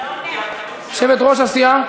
יושבת-ראש הסיעה?